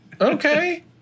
okay